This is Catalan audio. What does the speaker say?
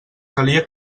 calia